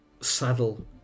saddle